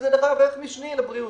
זה דבר בערך משני לבריאות.